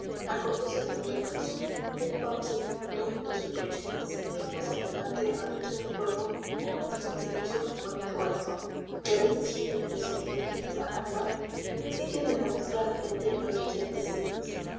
respaldiza acordose del otro preso un vago sentimiento agitó su pecho sintió algo semejante a dulce recuerdo o a esos misteriosos rumores del corazón que a veces gimen en los oídos de nuestra alma sin que entendamos claramente lo que quieren decirnos